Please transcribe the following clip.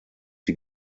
die